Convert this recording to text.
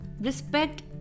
respect